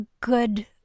good